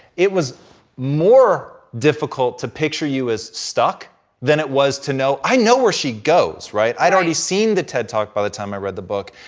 it was more difficult to picture you as stuck than it was to know, i know where she goes. i had already seen the ted talk by the time i read the book,